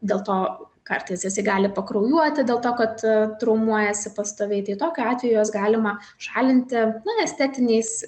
dėl to kartais jisai gali pakraujuoti dėl to kad traumuojasi pastoviai tai tokiu atveju juos galima šalinti na estetiniais